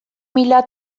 mila